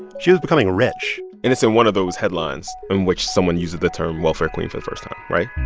she was becoming rich and it's in one of those headlines in which someone uses the term welfare queen for first time, right?